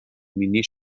مینی